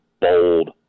bold